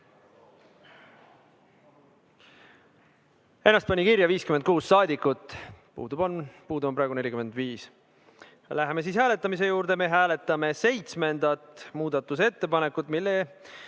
Ennast pani kirja 56 saadikut. Puudu on praegu 45. Läheme hääletamise juurde. Me hääletame seitsmendat muudatusettepanekut, mille